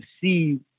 see